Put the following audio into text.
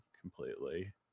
completely